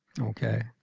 Okay